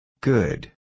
Good